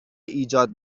ایجاد